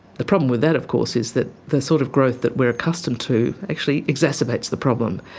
the problem with that of course is that the sort of growth that we're accustomed to actually exacerbates the problem.